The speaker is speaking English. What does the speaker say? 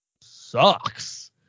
sucks